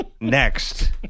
next